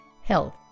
health